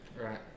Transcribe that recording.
Right